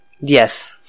Yes